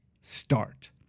start